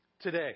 today